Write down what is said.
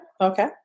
Okay